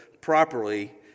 properly